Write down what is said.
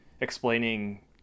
explaining